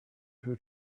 who